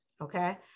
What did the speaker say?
Okay